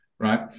right